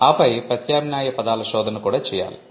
ఆపై ప్రత్యామ్నాయ పదాల శోధన కూడా చేయాలి